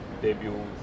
debut